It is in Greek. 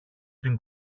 την